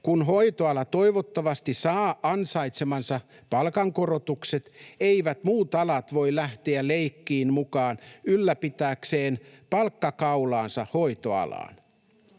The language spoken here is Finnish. Kun hoitoala toivottavasti saa ansaitsemansa palkankorotukset, eivät muut alat voi lähteä leikkiin mukaan ylläpitääkseen palkkakaulaansa hoitoalaan.